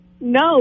No